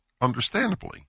understandably